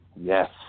Yes